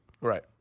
Right